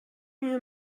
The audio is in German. mir